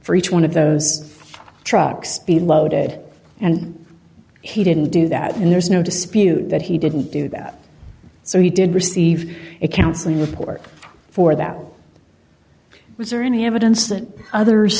for each one of those trucks be loaded and he didn't do that and there's no dispute that he didn't do that so he did receive a counseling report for that was there any evidence that others